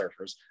surfers